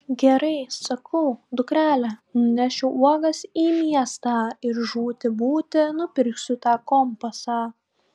gerai sakau dukrele nunešiu uogas į miestą ir žūti būti nupirksiu tą kompasą